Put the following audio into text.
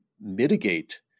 mitigate